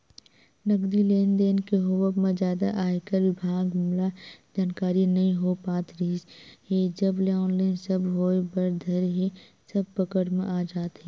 नगदी लेन देन के होवब म जादा आयकर बिभाग ल जानकारी नइ हो पात रिहिस हे जब ले ऑनलाइन सब होय बर धरे हे सब पकड़ म आ जात हे